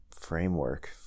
framework